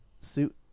suit